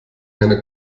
eine